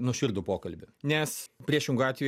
nuoširdų pokalbį nes priešingu atveju